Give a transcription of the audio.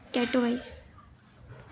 टेटवाईस